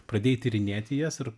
pradėjai tyrinėti jas ir